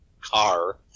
car